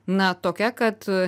na tokia kad